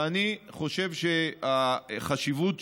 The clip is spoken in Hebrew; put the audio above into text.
ואני חושב שהחשיבות,